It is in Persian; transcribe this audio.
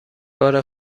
بار